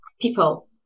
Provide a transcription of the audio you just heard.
people